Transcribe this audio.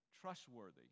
trustworthy